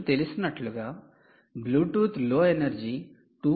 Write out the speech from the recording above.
మీకు తెలిసినట్లుగా Bluetooth low energy 2